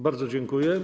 Bardzo dziękuję.